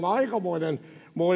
aikamoinen